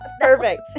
Perfect